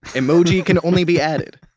emoji can only be added,